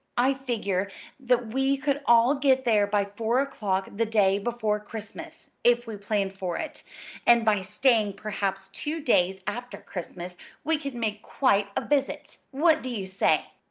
i figure that we could all get there by four o'clock the day before christmas, if we planned for it and by staying perhaps two days after christmas we could make quite a visit. what do you say?